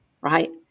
right